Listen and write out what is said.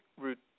Route